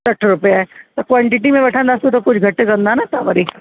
सठि रुपए त कॉंटिटी में वठंदासि त त कुझु घटि कंदा न तव्हां वरी